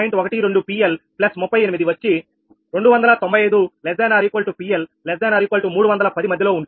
12 PL38 వచ్చి 295≤PL≤310 మధ్యలో ఉంటుంది